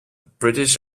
british